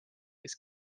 kes